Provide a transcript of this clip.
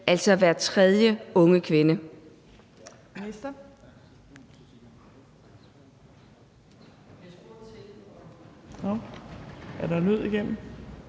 altså hver tredje unge kvinde.